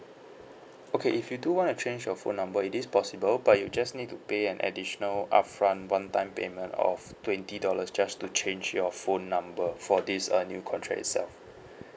okay if you do want to change your phone number it is possible but you'll just need to pay an additional upfront one time payment of twenty dollars just to change your phone number for this uh new contract itself